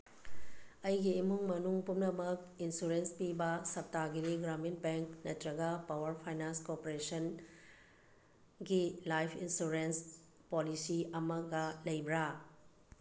ꯑꯩꯒꯤ ꯏꯃꯨꯡ ꯃꯅꯨꯡ ꯄꯨꯝꯅꯃꯛ ꯏꯟꯁꯨꯔꯦꯟꯁ ꯄꯤꯕ ꯁꯞꯇꯥꯒꯤꯔꯤ ꯒ꯭ꯔꯥꯃꯤꯟ ꯕꯦꯡ ꯅꯠꯇ꯭ꯔꯒ ꯄꯥꯋꯥꯔ ꯐꯥꯏꯅꯥꯟꯁ ꯀꯣꯄ꯭ꯔꯦꯁꯟꯒꯤ ꯂꯥꯏꯐ ꯏꯟꯁꯨꯔꯦꯟꯁ ꯄꯣꯂꯤꯁꯤ ꯑꯃꯒ ꯂꯩꯕ꯭ꯔꯥ